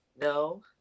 No